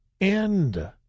end